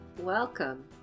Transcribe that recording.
Welcome